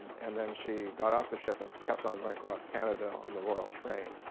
and then she got off the ship and kept on going across canada on the royal train.